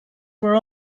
were